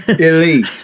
elite